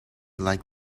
like